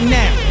now